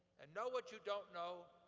and know what you don't know.